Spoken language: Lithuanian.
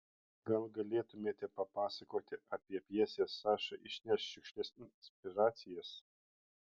gal galėtumėte papasakoti apie pjesės saša išnešk šiukšles inspiracijas